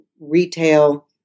retail